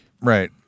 Right